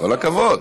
כל הכבוד.